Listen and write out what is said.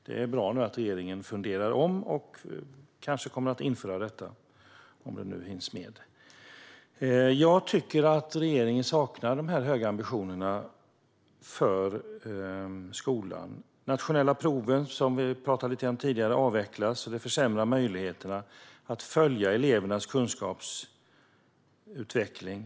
Det är bra att regeringen nu tänker om och, om det hinns med, kommer att införa detta. Jag tycker att regeringen saknar de höga ambitionerna för skolan. Vi pratade tidigare om de nationella proven som avvecklas, vilket försämrar möjligheterna att följa elevernas kunskapsutveckling.